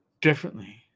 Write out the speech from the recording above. differently